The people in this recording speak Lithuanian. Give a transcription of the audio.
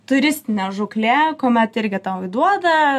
turistinė žūklė kuomet irgi tau įduoda